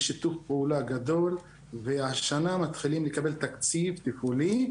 יש שיתוף פעולה גדול והשנה מתחילים לקבל תקציב טיפולי,